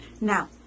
now